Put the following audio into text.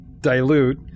dilute